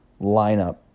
lineup